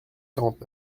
quarante